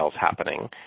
happening